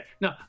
No